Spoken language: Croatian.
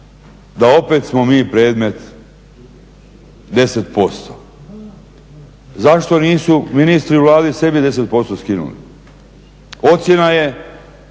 da opet smo mi predmet 10%. Zašto nisu ministri u Vladi sebi 10% skinuli? Ocjena je